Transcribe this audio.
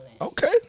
Okay